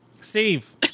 Steve